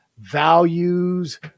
Values